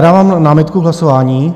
Dávám námitku k hlasování.